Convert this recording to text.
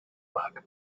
luck